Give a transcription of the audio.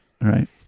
Right